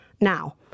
Now